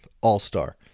all-star